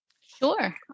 Sure